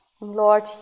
lord